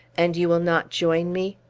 and you will not join me?